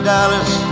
Dallas